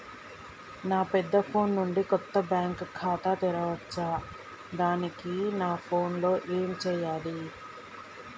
నా పెద్ద ఫోన్ నుండి కొత్త బ్యాంక్ ఖాతా తెరవచ్చా? దానికి నా ఫోన్ లో ఏం చేయాలి?